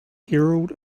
herald